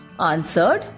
answered